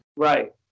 right